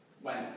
went